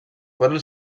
foren